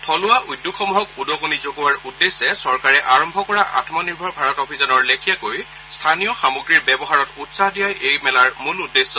থলুৱা উদ্যোগসমূহক উদগণি যগোৱাৰ উদ্দেশ্যে চৰকাৰে আৰম্ভ কৰা আম্মনিৰ্ভৰ ভাৰত অভিযানৰ লেখিয়াকৈ স্থনীয় সামগ্ৰীৰ ব্যৱহাৰত উৎসাহ দিয়াই এই মেলাৰ মূল উদ্দেশ্য